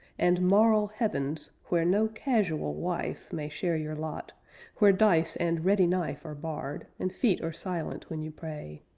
and moral heavens where no casual wife may share your lot where dice and ready knife are barred and feet are silent when you pray.